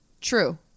true